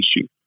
issue